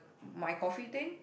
my coffee thing